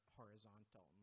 horizontal